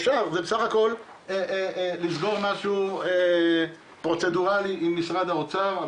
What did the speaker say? אפשר ואפשר סך הכול לסגור משהו פרוצדורלי עם משרד האוצר,